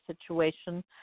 situation